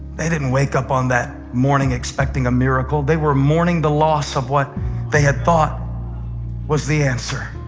they didn't wake up on that morning expecting a miracle. they were mourning the loss of what they had thought was the answer,